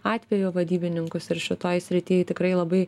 atvejo vadybininkus ir šitoj srity tikrai labai